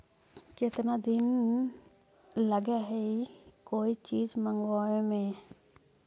केतना दिन लगहइ कोई चीज मँगवावे में?